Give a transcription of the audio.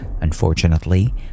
unfortunately